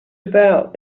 about